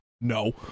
No